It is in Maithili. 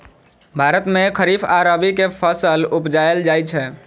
भारत मे खरीफ आ रबी के फसल उपजाएल जाइ छै